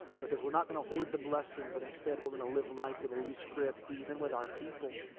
because we're not gonna hoard the blessing. but instead, we're gonna live life with a loose grip. even with our people.